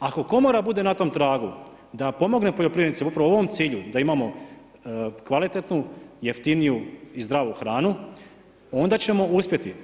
Ako Komora bude na tom tragu da pomogne poljoprivrednicima upravo u ovom cilju, da imamo kvalitetnu, jeftiniju i zdravu hranu, onda ćemo uspjeti.